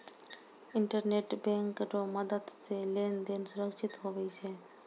internet bank रो मदद से लेन देन सुरक्षित हुवै छै